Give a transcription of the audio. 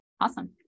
Awesome